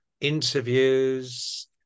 interviews